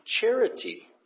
charity